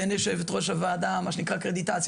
תן ליושבת-ראש הוועדה קרדיטציה,